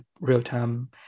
real-time